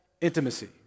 intimacy